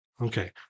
okay